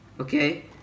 Okay